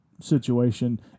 situation